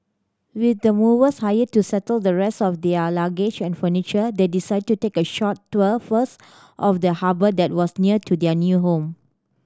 with the movers hired to settle the rest of their luggage and furniture they decided to take a short tour first of the harbour that was near to their new home